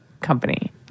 company